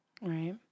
Right